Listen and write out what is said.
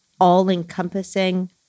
all-encompassing